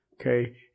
Okay